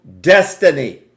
destiny